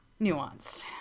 nuanced